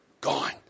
gone